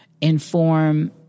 inform